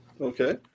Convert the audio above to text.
Okay